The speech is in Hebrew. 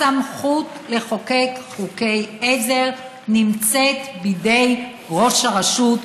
הסמכות לחוקק חוקי עזר נמצאת בידי ראש הרשות,